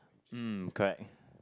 hmm correct